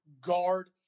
guard